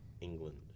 England